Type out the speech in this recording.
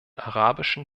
arabischen